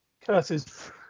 curses